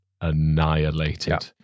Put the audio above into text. annihilated